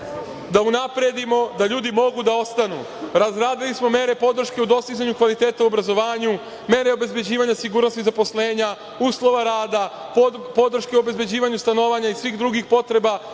da unapredimo da ljudi mogu da ostanu. Razradili smo mere podrške u dostizanju kvaliteta u obrazovanju, mere obezbeđivanja sigurnosti zaposlenja, uslova rada, podrške obezbeđivanju stanovanja i svih drugih potreba,